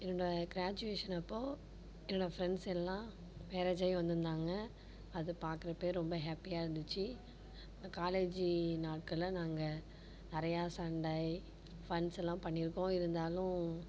என்னோட கிராஜுவேஷன் அப்போது என்னோட ஃப்ரெண்ட்ஸ் எல்லாம் மேரேஜாகி வந்திருந்தாங்க அது பார்க்கறப்பே ரொம்ப ஹேப்பியாக இருந்துச்சு காலேஜி நாட்களில் நாங்கள் நிறையா சண்டை ஃபன்ஸெல்லாம் பண்ணியிருக்கோம் இருந்தாலும்